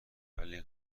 ولی